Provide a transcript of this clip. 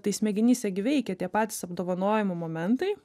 tai smegenyse gi veikia tie patys apdovanojimų momentai